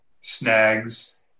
snags